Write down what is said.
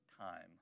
time